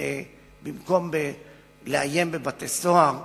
במקום לאיים בבתי-סוהר,